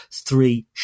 three